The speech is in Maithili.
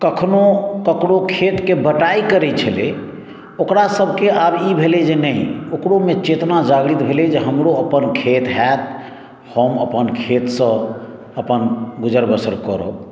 कखनो ककरो खेत के बटाइ करै छलै ओकरा सबके आब ई भेलै जे नहि ओकरो मे चेतना जागृत भेलै जे हमरो अपन खेत होयत हम अपन खेत सऽ अपन गुजर बसर करब